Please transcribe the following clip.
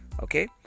Okay